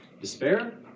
despair